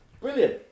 Brilliant